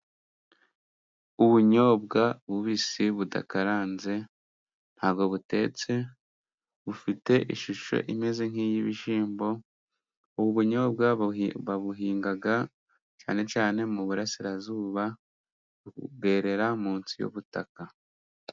Ubunyobwa bubisi budakaranze, nta bwo butetse, bufite ishusho imeze nk'iy'ibishyimbo, ubunyobwa babuhinga cyane cyane mu burasirazuba, bwerera munsi y'ubutaka.